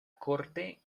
corte